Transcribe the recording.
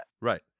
Right